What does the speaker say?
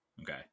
okay